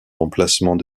remplacement